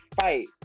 fight